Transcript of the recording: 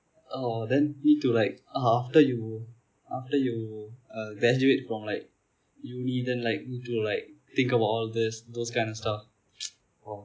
oh then need to like after you after you uh graduate from like uni then like need to like think of all this those kind of stuff